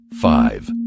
five